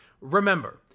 Remember